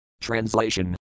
Translation